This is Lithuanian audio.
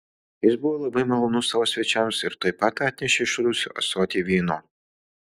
jis buvo labai malonus savo svečiams ir tuoj pat atnešė iš rūsio ąsotį vyno